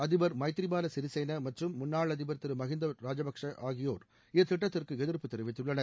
அதிபர் எமத்ரிபாலா சிறிசேனா மற்றும் முன்னாள் அதிபர் திரு மஹிந்த ராஜபக்சே ஆகியோர் இத்திட்டத்திற்கு எதிர்ப்பு தெரிவித்துள்ளனர்